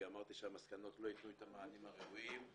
כי אמרתי שהמסקנות לא יתנו את המענים הראויים.